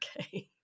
Okay